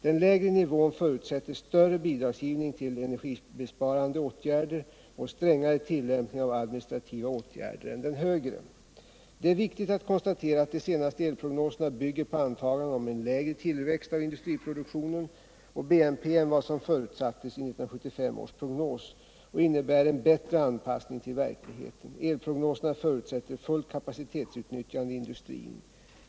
Den lägre nivån förutsätter större bidragsgivning till energibesparande åtgärder och strängare tillämpning av administrativa åtgärder än den högre. Det är viktigt att konstatera att de senaste elprognoserna bygger på antaganden om en lägre tillväxt av industriproduktionen och BNP än vad som förutsattes i 1975 års prognos och innebär en bättre anpassning till verkligheten. Elprognoserna förutsätter fullt kapacitetsutnyttjande i industrin.